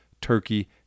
Turkey